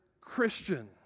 Christian